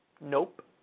nope